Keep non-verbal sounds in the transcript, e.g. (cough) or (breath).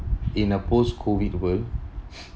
in a post-COVID world (breath)